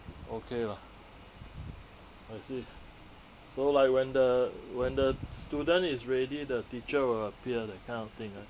okay lah I see so like when the when the student is ready the teacher will appear that kind of thing ah